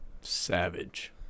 Savage